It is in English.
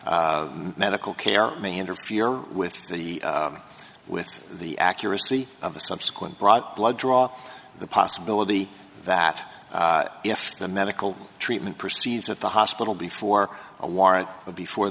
medical care may interfere with the with the accuracy of the subsequent brought blood draw the possibility that if the medical treatment perceives at the hospital before a warrant before